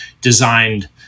designed